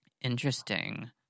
Interesting